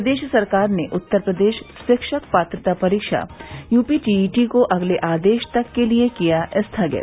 प्रदेश सरकार ने उत्तर प्रदेश शिक्षक पात्रता परीक्षा यूपी टीईटी को अगले आदेश तक के लिये किया स्थगित